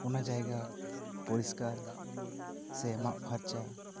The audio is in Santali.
ᱚᱱᱟ ᱡᱟᱭᱜᱟ ᱯᱚᱨᱤᱥᱠᱟᱨ ᱥᱮ ᱢᱟᱜᱽ ᱯᱷᱟᱨᱪᱟ